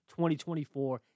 2024